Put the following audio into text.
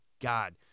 God